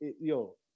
yo